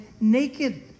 naked